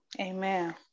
Amen